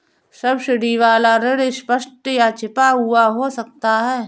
subsidy वाला ऋण स्पष्ट या छिपा हुआ हो सकता है